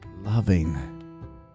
loving